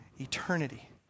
eternity